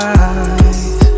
eyes